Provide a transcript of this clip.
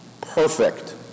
perfect